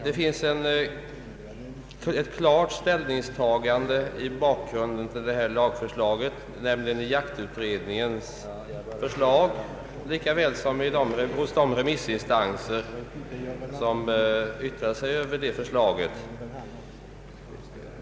Det finns ett klart ställningstagande för en sådan bestämmelse i jaktutredningens förslag lika väl som hos de remissinstanser som yttrat sig över det förslaget.